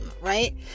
right